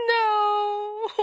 No